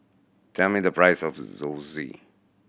tell me the price of Zosui